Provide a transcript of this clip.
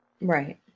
Right